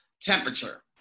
temperature